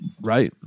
right